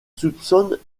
soupçonnent